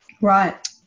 Right